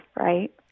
right